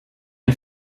ein